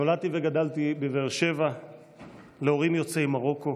נולדתי וגדלתי בבאר שבע להורים יוצאי מרוקו.